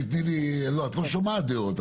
לא, את לא שומעת דעות.